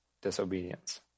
disobedience